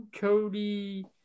Cody